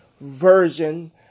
version